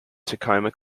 tacoma